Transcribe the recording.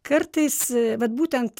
kartais vat būtent